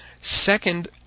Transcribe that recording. Second